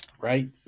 Right